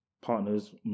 partners